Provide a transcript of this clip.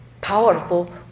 powerful